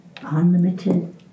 unlimited